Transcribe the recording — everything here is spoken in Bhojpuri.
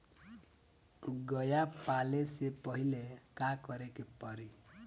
गया पाले से पहिले का करे के पारी?